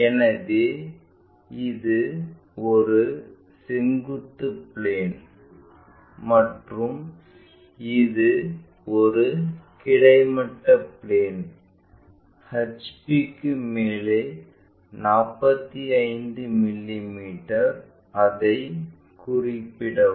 எனவே இது ஒரு செங்குத்து பிளேன் மற்றும் இது ஒரு கிடைமட்ட பிளேன் HPக்கு மேலே 45 மிமீ அதைக் குறிப்பிடவும்